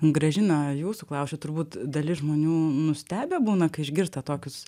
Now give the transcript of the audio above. gražina jūsų klausiu turbūt dalis žmonių nustebę būna kai išgirsta tokius